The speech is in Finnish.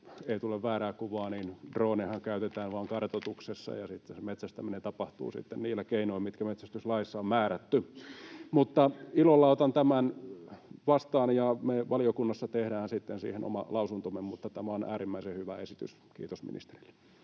ei tule väärää kuvaa, niin droonejahan käytetään vain kartoituksessa, ja sitten se metsästäminen tapahtuu niillä keinoin, mitkä on metsästyslaissa määrätty. Ilolla otan tämän vastaan, ja me valiokunnassa tehdään sitten siihen oman lausuntomme. Tämä on äärimmäisen hyvä esitys. Kiitos ministerille.